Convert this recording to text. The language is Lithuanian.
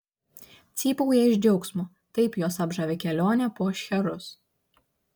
cypauja iš džiaugsmo taip juos apžavi kelionė po šcherus